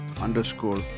underscore